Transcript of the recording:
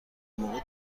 موقع